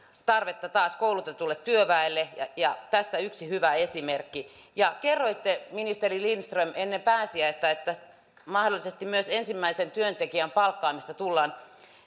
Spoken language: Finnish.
tarvetta taas koulutetulle työväelle tässä yksi hyvä esimerkki ja kerroitte ministeri lindström ennen pääsiäistä että mahdollisesti myös ensimmäisen työntekijän palkkaamista tullaan